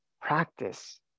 practice